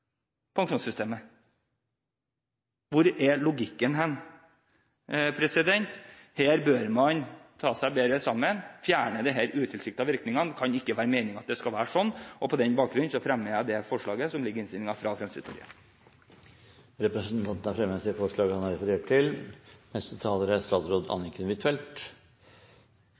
pensjonssystemet. Hvor er logikken hen? Her bør man ta seg bedre sammen og fjerne disse utilsiktede virkningene. Det kan ikke være meningen at det skal være sånn, og på den bakgrunn tar jeg opp Fremskrittspartiets forslag i innstillingen. Representanten har tatt opp det forslaget han refererte til. Det var litt uklart for meg om representanten Robert Eriksson sa at han